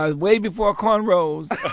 ah way before cornrows